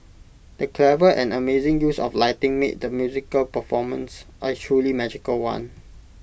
the clever and amazing use of lighting made the musical performance A truly magical one